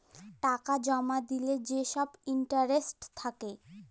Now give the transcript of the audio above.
টাকা জমা দিলে যে ছব ইলটারেস্ট থ্যাকে